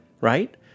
right